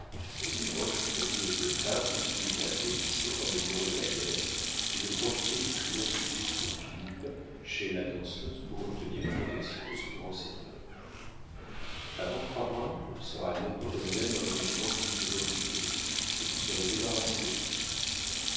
l'armée desroches promit aux deux femmes de suivre la pétition dans les bureaux de la guerre et de profiter du triomphe du duc sur philippe chez la danseuse pour obtenir protection de ce grand seigneur avant trois mois il sera lieutenant-colonel dans le régiment du duc de maufrigneuse et vous serez débarrassées de lui